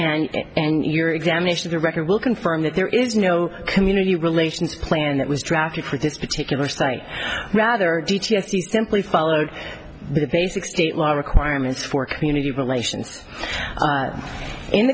and your examination of the record will confirm that there is no community relations plan that was drafted for this particular state rather simply followed the basic state law requirements for community relations in